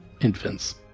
infants